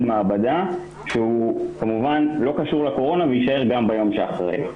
מעבדה שהוא כמובן לא קשור לקורונה ויישאר גם ביום שאחרי.